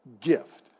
gift